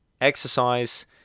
Exercise